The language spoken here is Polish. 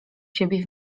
siebie